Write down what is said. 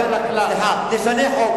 תשנה חוק.